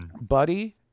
buddy